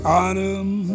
autumn